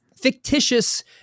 fictitious